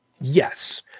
yes